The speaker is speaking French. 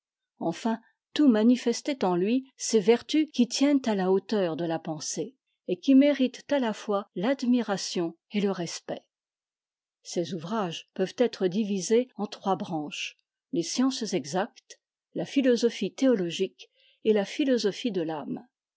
enfin tout manifestait en lui ces vertus qui tiennent à la hauteur de la pensée et'qui méritent à la fois l'admiration et le respect ses ouvrages peuvent être divisés en trois branches les sciences exactes la philosophie théologique et la philosophie de l'âme